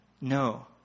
no